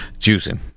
juicing